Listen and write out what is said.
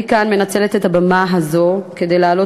אני כאן מנצלת את הבמה הזו כדי להעלות